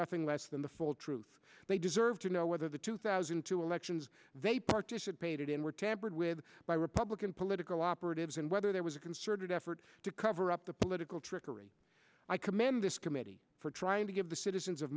nothing less than the full truth they deserve to know whether the two thousand two elections they participated in were tampered with by republican political operatives and whether there was a concerted effort to cover up the political trickery i commend this committee for trying to give the citizens of